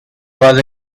was